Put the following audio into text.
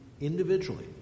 individually